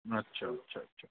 अच्छा अच्छा अच्छा